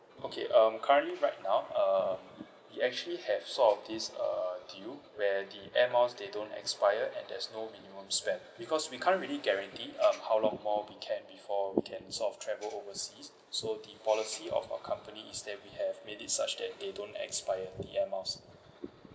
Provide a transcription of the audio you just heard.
okay um currently right now uh we actually have sort of this uh deal where the air miles they don't expire and there's no minimum spent because we can't really guarantee um how long more we can before we can sort of travel overseas so the policy of our company is that we have made it such that they don't expire the air miles